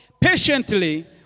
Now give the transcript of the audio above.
patiently